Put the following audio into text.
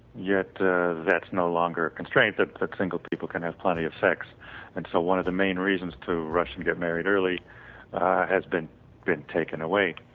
yet that's no longer constraint that ah single people can have plenty of sex and so one of the main reasons to rush and get married early has been been taken away.